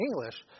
English